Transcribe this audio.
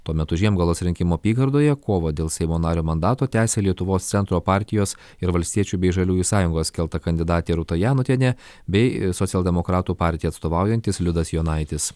tuo metu žiemgalos rinkimų apygardoje kovą dėl seimo nario mandato tęsia lietuvos centro partijos ir valstiečių bei žaliųjų sąjungos kelta kandidatė rūta janutienė bei socialdemokratų partijai atstovaujantis liudas jonaitis